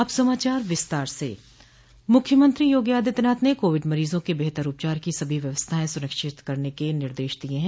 अब समाचार विस्तार से मुख्यमंत्री योगी आदित्यनाथ ने कोविड मरीजों क बेहतर उपचार की सभी व्यवस्थाएं सुनिश्चित करने के निर्देश दिय हैं